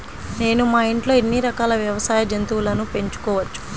నేను మా ఇంట్లో ఎన్ని రకాల వ్యవసాయ జంతువులను పెంచుకోవచ్చు?